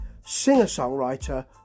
singer-songwriter